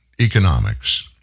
economics